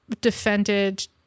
defended